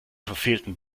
verfehlten